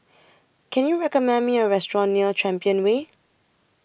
Can YOU recommend Me A Restaurant near Champion Way